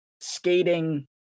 skating